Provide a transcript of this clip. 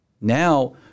Now